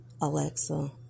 Alexa